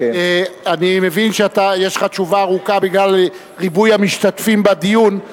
אני מבין שיש לך תשובה ארוכה בגלל ריבוי המשתתפים בדיון,